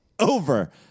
Over